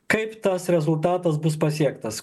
kaip tas rezultatas bus pasiektas